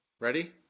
Ready